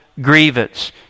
grievance